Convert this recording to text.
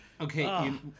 Okay